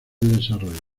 desarrollo